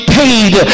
paid